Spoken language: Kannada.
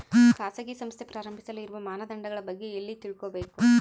ಖಾಸಗಿ ಸಂಸ್ಥೆ ಪ್ರಾರಂಭಿಸಲು ಇರುವ ಮಾನದಂಡಗಳ ಬಗ್ಗೆ ಎಲ್ಲಿ ತಿಳ್ಕೊಬೇಕು?